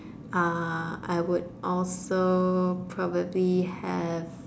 uh I would also probably have